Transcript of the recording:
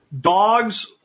dogs